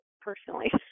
personally